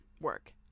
work